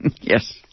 Yes